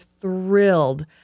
thrilled